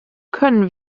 können